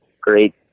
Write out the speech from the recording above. great